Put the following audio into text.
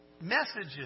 Messages